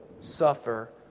suffer